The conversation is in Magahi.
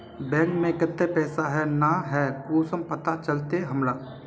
बैंक में केते पैसा है ना है कुंसम पता चलते हमरा?